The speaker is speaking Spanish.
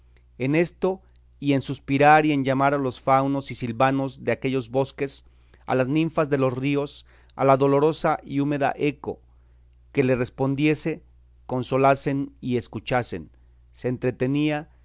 en esto y en suspirar y en llamar a los faunos y silvanos de aquellos bosques a las ninfas de los ríos a la dolorosa y húmida eco que le respondiese consolasen y escuchasen se entretenía